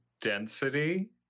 density